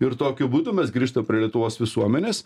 ir tokiu būdu mes grįžtam prie lietuvos visuomenės